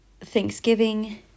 Thanksgiving